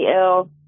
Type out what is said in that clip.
ill